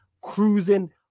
Cruising